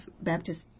baptist